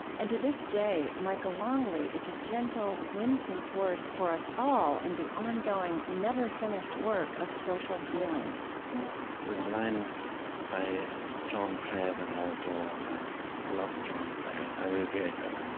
and to this day, michael longley is a gentle, winsome force for us all in the ongoing, never-finished work of social healing there's a line by john clare that i adore. i love john clare. i revere him.